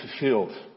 fulfilled